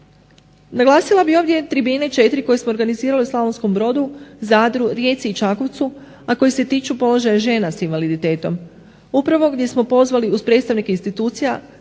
Naglasila bih ovdje tribine četiri, koje smo organizirali u Slavonskom brodu, Zadru, Rijeci i Čakovcu, a koje se tiču položaja žena sa invaliditetom. Upravo gdje smo pozvali uz predstavnike institucija